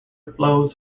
flows